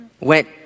Went